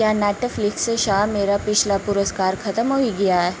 क्या नैट्टफ्लिक्स शा मेरा पिछला पुरस्कार खतम होई गेआ ऐ